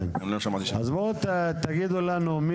אז בואו תגידו לנו אם